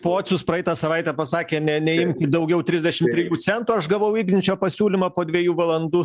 pocius praeitą savaitę pasakė ne neimt daugiau trisdešim trijų centų aš gavau igničio pasiūlymą po dviejų valandų